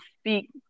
speak